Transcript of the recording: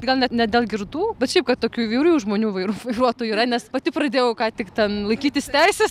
gal net ne dėl girtų bet šiaip kad tokių bjaučių žmonių vairu vairuotojų yra nes pati pradėjau ką tik ten laikytis teises